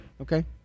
Okay